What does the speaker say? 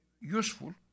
useful